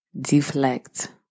deflect